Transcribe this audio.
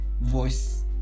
voice